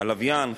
הלוויין,